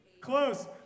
Close